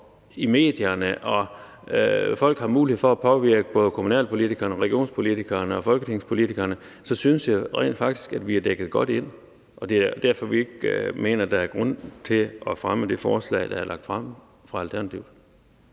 i medierne, hvor folk har mulighed for at påvirke både kommunalpolitikerne, regionspolitikerne og folketingspolitikerne, så synes jeg rent faktisk, at vi er dækket godt ind. Og det er derfor, vi ikke mener, at der er grund til at fremme det forslag, der er lagt frem fra Alternativet.